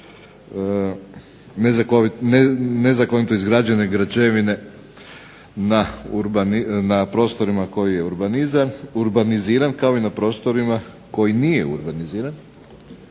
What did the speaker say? nezakonite izgrađene građevine na prostorima koji je urbaniziran, kao i na prostoru koji nije urbaniziran.